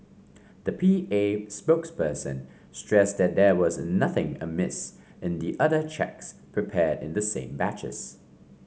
the P A spokesperson stressed that there was nothing amiss in the other cheques prepared in the same batches